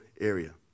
area